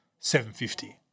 750